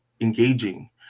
engaging